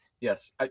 yes